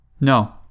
No